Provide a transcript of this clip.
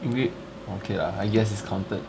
english okay lah I guess it's counted